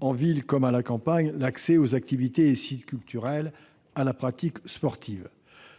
en ville comme à la campagne, l'accès aux activités et sites culturels, ainsi qu'à la pratique sportive.